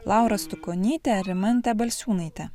laura stukonyte rimante balsiūnaite